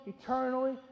eternally